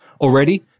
Already